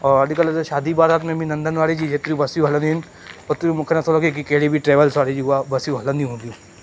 ऐं अॼकल्ह त शादी बारात में बि नंदन वारे जी एतरियूं बसियूं हलंदी आहिनि ओतरी मूंखे न थो लगे की कहिड़ी बि ट्रेविल्स वारे जी उहा बसियूं हलंदियूं हूदियूं